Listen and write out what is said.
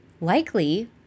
Likely